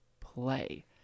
play